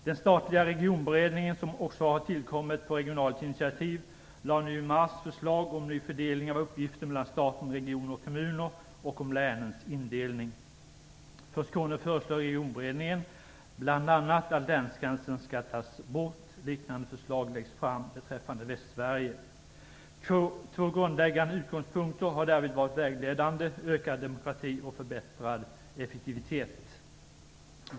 Den statliga Regionberedningen, som också tillkommit på regionalt initiativ, lade nu i mars fram förslag om ny fördelning av uppgifter mellan staten, regioner och kommuner och om länens indelning. För Skåne föreslår Regionberedningen bl.a. att länsgränsen skall tas bort. Liknande förslag läggs fram beträffande Västsverige. Två grundläggande utgångspunkter har därvid varit vägledande - ökad demokrati och förbättrad effektivitet.